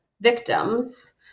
victims